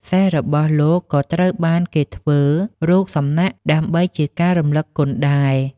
សេះរបស់លោកក៏ត្រូវបានគេធ្វើរូបសំណាកដើម្បីជាការរំលឹកគុណដែរ។